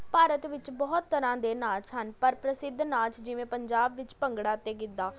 ਭਾਰਤ ਵਿੱਚ ਬਹੁਤ ਤਰ੍ਹਾਂ ਦੇ ਨਾਚ ਹਨ ਪਰ ਪ੍ਰਸਿੱਧ ਨਾਚ ਜਿਵੇਂ ਪੰਜਾਬ ਵਿੱਚ ਭੰਗੜਾ ਅਤੇ ਗਿੱਧਾ